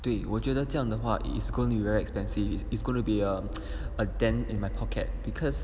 对我觉得这样的话 is going to be very expensive it's it's gonna be a a dent in my pocket because